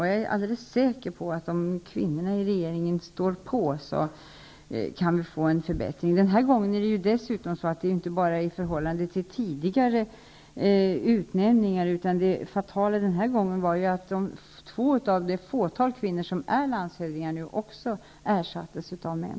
Jag är alldeles säker på att om kvinnorna i regeringen står på sig, kan vi få en förbättring. Den här gången är det dessutom inte snett bara i förhållande till tidigare utnämningar, utan det fatala den här gången är att två av det fåtal kvinnliga landshövdingar som vi har också ersattes av män.